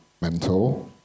mentor